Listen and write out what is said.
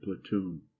platoon